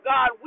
God